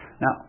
Now